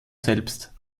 selbst